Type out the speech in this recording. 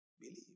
believe